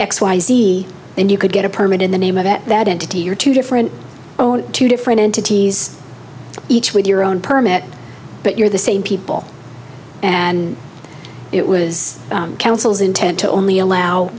x y z and you could get a permit in the name of that entity are two different own two different entities each with your own permit but you're the same people and it was councils intent to only allow